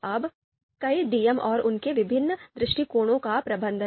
अब कई डीएम और उनके विभिन्न दृष्टिकोणों का प्रबंधन